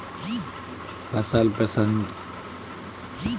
फसल प्रसंस्करण हेतु सरकार की योजनाओं के बारे में हमें लोगों को जागरूक करना चाहिए